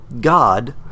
God